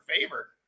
favor